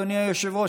אדוני היושב-ראש,